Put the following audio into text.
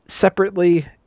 separately